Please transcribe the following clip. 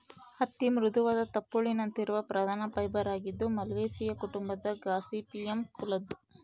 ಹತ್ತಿ ಮೃದುವಾದ ತುಪ್ಪುಳಿನಂತಿರುವ ಪ್ರಧಾನ ಫೈಬರ್ ಆಗಿದ್ದು ಮಾಲ್ವೇಸಿಯೇ ಕುಟುಂಬದ ಗಾಸಿಪಿಯಮ್ ಕುಲದ್ದು